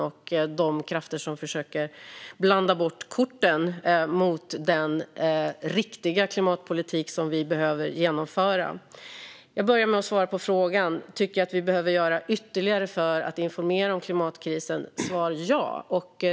Det finns krafter som försöker blanda bort korten inför den riktiga klimatpolitik som vi behöver genomföra. Jag börjar med att svara på frågan om jag tycker att vi behöver göra ytterligare något för att informera om klimatkrisen. Svaret är ja.